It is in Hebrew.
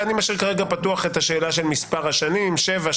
אני משאיר כרגע פתוח את השאלה של מספר השנים: שבע,